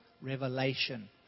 revelation